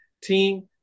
team